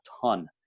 ton